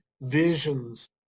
visions